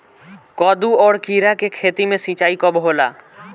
कदु और किरा के खेती में सिंचाई कब होला?